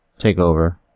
TakeOver